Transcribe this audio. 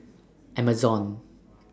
Amazon